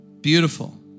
Beautiful